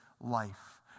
life